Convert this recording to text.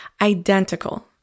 Identical